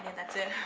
that's it